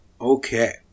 Okay